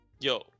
Yo